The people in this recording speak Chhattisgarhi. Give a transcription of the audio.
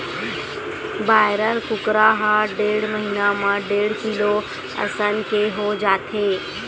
बायलर कुकरा ह डेढ़ महिना म डेढ़ किलो के असन हो जाथे